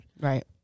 Right